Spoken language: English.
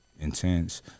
intense